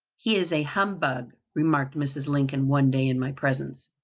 he is a humbug, remarked mrs. lincoln one day in my presence.